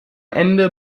ende